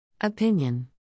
Opinion